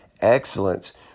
excellence